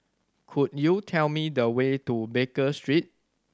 could you tell me the way to Baker Street